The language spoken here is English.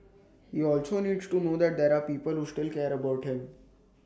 he also needs to know that there're people who still care about him